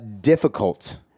Difficult